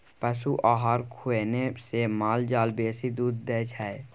पशु आहार खुएने से माल जाल बेसी दूध दै छै